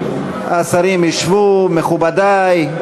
מכובדי,